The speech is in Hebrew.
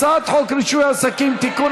הצעת חוק רישוי עסקים (תיקון,